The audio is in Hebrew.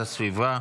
הראשונה.